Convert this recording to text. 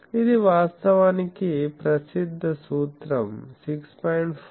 ఇది వాస్తవానికి ప్రసిద్ధ సూత్రం 6